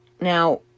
Now